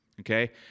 Okay